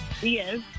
Yes